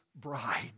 bride